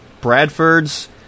Bradford's